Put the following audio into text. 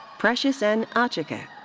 precious n. achikeh.